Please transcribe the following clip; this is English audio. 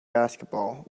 basketball